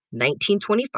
1925